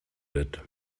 wird